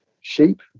sheep